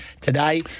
today